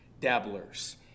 dabblers